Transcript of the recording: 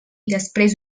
després